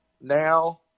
now